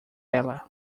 ela